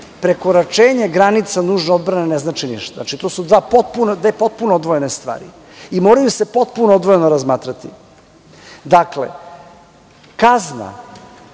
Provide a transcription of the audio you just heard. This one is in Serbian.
prekoračenje granice nužne odbrane ne znači ništa, to su dve potpuno odvojene stvari i moraju se potpuno odvojeno razmatrati. Dakle, kazna